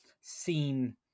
seen